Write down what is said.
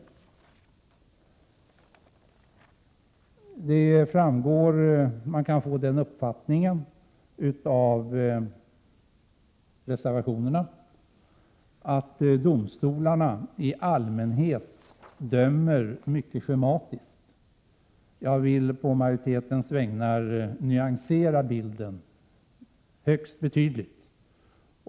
Man kan av reservationerna få uppfattningen att domstolarna i allmänhet dömer mycket schematiskt. Jag vill på majoritetens vägnar nyansera bilden högst betydligt.